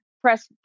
press